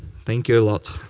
thank you a lot.